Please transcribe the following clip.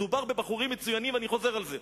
מדובר בבחורים מצוינים, אני חוזר על זה.